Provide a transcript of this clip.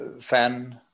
fan